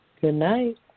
Goodnight